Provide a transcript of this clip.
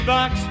box